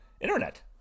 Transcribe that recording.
internet